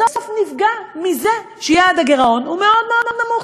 בסוף נפגעים מזה שיעד הגירעון הוא מאוד מאוד נמוך,